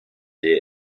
der